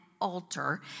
altar